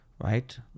right